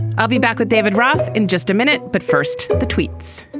i'll be back with david roth in just a minute. but first, the tweets.